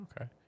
okay